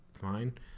fine